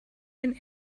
den